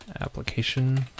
application